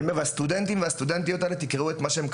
תקראו את מה שהסטודנטים והסטודנטיות האלה כתבו,